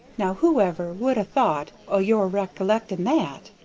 now, whoever would ha' thought o' your rec'lecting that?